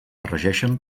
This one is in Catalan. regeixen